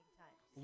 times